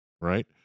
Right